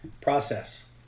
Process